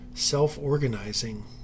self-organizing